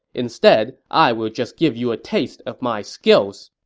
instead, i will just give you a taste of my skills!